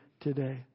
today